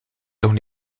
dans